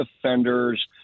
offenders